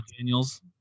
Daniels